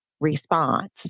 Response